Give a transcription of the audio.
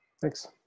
Thanks